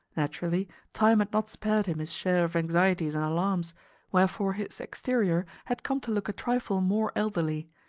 naturally, time had not spared him his share of anxieties and alarms wherefore his exterior had come to look a trifle more elderly,